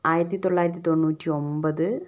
ആയിരത്തി തൊള്ളായിരത്തി തൊണ്ണൂറ്റി ഒമ്പത്